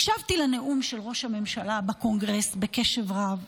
הקשבתי לנאום של ראש הממשלה בקונגרס בקשב רב,